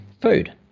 food